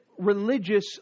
Religious